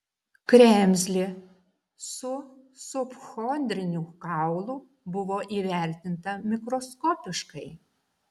kremzlė su subchondriniu kaulu buvo įvertinta mikroskopiškai